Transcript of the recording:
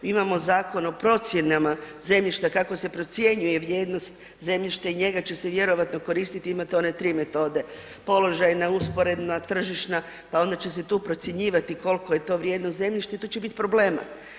Mi imamo Zakon o procjenama zemljišta, kako se procjenjuje vrijednost, zemljište i njega će se vjerojatno koristiti, imate one 3 metode, položajna, usporedna, tržišna, pa onda će se tu procjenjivati koliko je to vrijedno zemljište, tu će biti problema.